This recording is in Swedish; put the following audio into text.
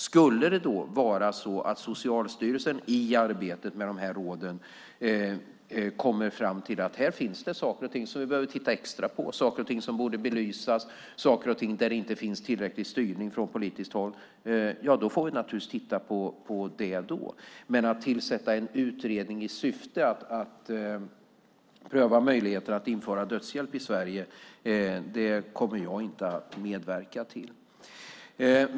Skulle det vara så att Socialstyrelsen i arbetet med dessa råd kommer fram till att det finns saker och ting man behöver titta extra på, som borde belysas och där det inte finns tillräcklig styrning från politiskt håll - ja, då får vi naturligtvis titta på det. Men att tillsätta en utredning i syfte att pröva möjligheten att införa dödshjälp i Sverige kommer jag inte att medverka till.